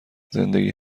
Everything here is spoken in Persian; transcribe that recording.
زندگی